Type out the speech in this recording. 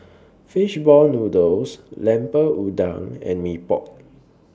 Fish Ball Noodles Lemper Udang and Mee Pok